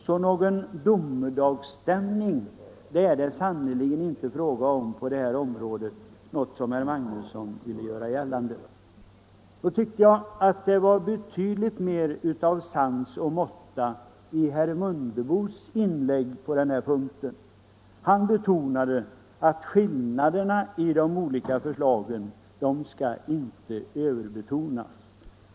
Så någon domedagsstämning är det sannerligen inte fråga om på det här området — något som herr Magnusson ville göra gällande. Då tycker jag att det var betydligt mer av sans och måtta i herr Mundebos inlägg på den här punkten. Han framhöll att skillnaderna i de olika förslagen inte skall överbetonas.